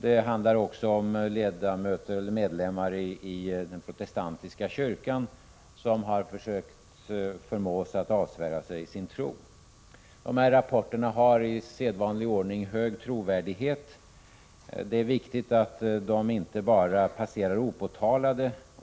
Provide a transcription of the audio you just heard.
Det handlar också om medlemmar i den protestantiska kyrkan som man har försökt förmå att avsvära sig sin tro. Rapporterna har i sedvanlig ordning hög trovärdighet. Det är viktigt att de inte bara passerar opåtalade.